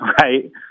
right